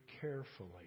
carefully